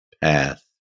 path